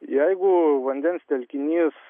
jeigu vandens telkinys